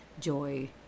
joy